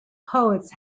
poets